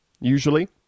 usually